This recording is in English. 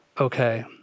okay